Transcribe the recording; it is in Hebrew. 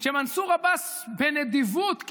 כשמנסור עבאס מציע בנדיבות,